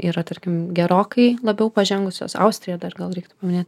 yra tarkim gerokai labiau pažengusios austrija dar gal reiktų paminėt